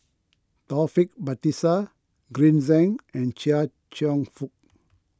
Taufik Batisah Green Zeng and Chia Cheong Fook